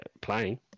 playing